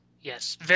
Yes